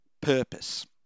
Purpose